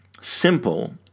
simple